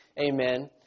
Amen